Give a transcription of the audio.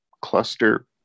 cluster